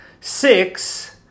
Six